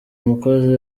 mukozi